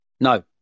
No